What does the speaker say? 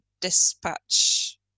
dispatch